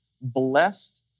Blessed